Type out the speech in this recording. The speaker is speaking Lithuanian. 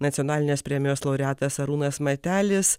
nacionalinės premijos laureatas arūnas matelis